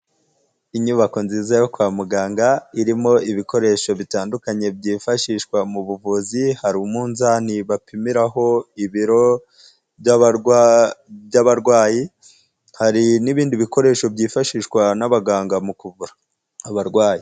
Inyubako nziza yo kwa muganga, irimo ibikoresho bitandukanye byifashishwa mu buvuzi, hari umunzani bapimiraho ibiro by'abarwayi, hari n'ibindi bikoresho byifashishwa n'abaganga mu kuvura abarwayi.